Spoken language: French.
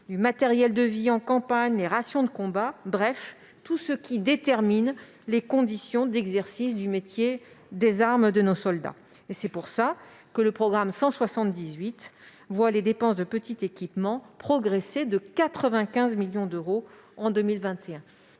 du matériel de vie en campagne, des rations de combat, bref de tout ce qui détermine les conditions d'exercice du métier des armes de nos soldats. C'est pourquoi le programme 178 voit les dépenses de petit équipement progresser de 95 millions d'euros en 2021.